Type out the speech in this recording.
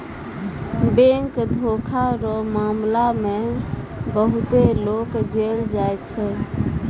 bank धोखा रो मामला मे बहुते लोग जेल जाय छै